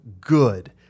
good